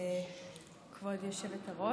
כבוד היושבת-ראש,